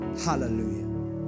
hallelujah